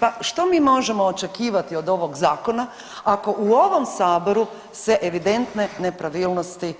Pa što mi možemo očekivati od ovog zakona ako u ovom saboru se evidentne nepravilnosti